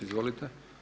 Izvolite.